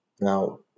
Now